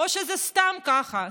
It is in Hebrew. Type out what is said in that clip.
או שזה סתם ככה.